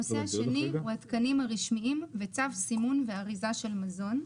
הנושא השני הוא התקנים הרשמיים וצו סימון ואריזה של מזון.